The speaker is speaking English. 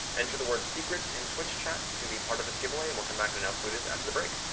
enter the word secrets in twitch chat to be part of this giveaway and we'll come back and announce who it is after the break.